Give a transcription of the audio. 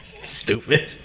Stupid